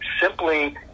simply